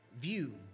view